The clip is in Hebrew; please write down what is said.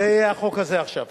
זה יהיה החוק הזה, עכשיו.